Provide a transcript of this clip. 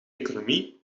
economie